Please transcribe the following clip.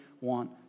want